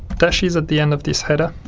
dashes at the end of this header,